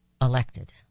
elected